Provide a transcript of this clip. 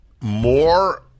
More